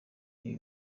ibi